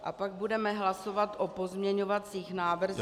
A pak budeme hlasovat o pozměňovacích návrzích